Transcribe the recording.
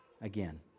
again